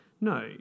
No